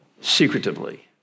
secretively